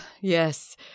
yes